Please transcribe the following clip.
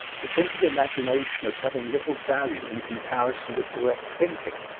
to think of imagination as having little value in comparison with direct thinking.